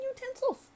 utensils